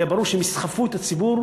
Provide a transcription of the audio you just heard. היה ברור שהם יסחפו את הציבור,